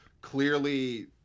clearly